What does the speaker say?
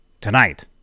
tonight